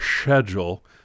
schedule